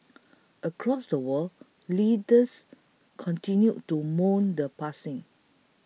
across the world leaders continued to mourn the passing